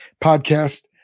podcast